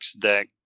deck